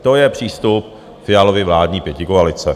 To je přístup Fialovy vládní pětikoalice.